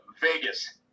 Vegas